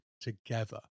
together